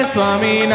Swami